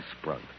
sprung